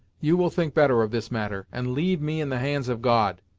you will think better of this matter, and leave me in the hands of god.